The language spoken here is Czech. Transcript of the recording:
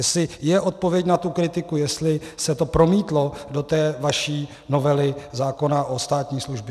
Jestli je odpověď na tuto kritiku, jestli se to promítlo do vaší novely zákona o státní službě.